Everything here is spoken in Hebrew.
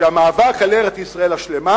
שהמאבק על ארץ-ישראל השלמה